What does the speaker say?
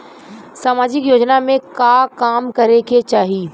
सामाजिक योजना में का काम करे के चाही?